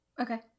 Okay